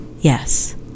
yes